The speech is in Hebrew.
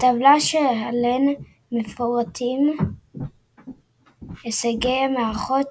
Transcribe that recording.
בטבלה שלהלן מפורטים הישגי המארחות